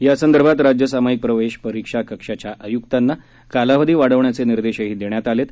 यासंदर्भात राज्य सामाईक प्रवेश परीक्षा कक्षाच्या आय्क्तांना कालावधी वाढविण्याचे निर्देशही देण्यात आले आहे